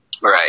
Right